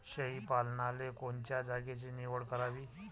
शेळी पालनाले कोनच्या जागेची निवड करावी?